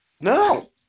No